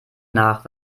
nach